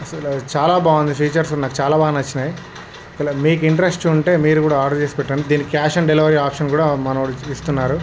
అసలు చాలా బాగుంది ఫీచర్స్ ఉన్నా చాలా బాగా నచ్చినాయి ఇలా మీకు ఇంట్రెస్ట్ ఉంటే మీరు కూడా ఆర్డర్ చేసి పెట్టండి దీని క్యాష్ ఆన్ డెలివరీ ఆప్షన్ కూడా మనం ఇస్తున్నారు